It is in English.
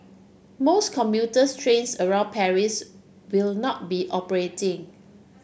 most commuter trains around Paris will not be operating